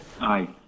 Aye